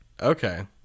Okay